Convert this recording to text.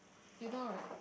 you know right